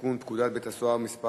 לתיקון פקודת בתי-הסוהר (מס'